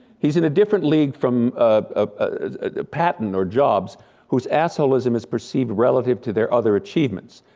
he's in a different league from ah patton or jobs who's assholism is perceived relative to their other achievements.